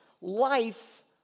life